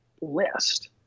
list